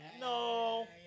No